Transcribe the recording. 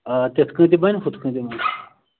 آ تِتھ کَنۍ تہِ بَنہِ ہُتھ کَنۍ تہِ بَنہِ